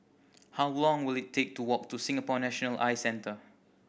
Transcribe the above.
how long will it take to walk to Singapore National Eye Centre